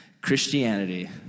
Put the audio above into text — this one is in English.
Christianity